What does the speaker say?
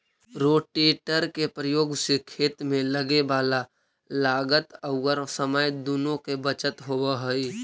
rotator के प्रयोग से खेत में लगे वाला लागत औउर समय दुनो के बचत होवऽ हई